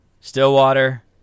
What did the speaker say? Stillwater